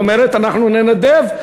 אומרת: אנחנו ננדב.